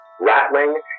rattling